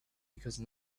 because